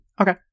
okay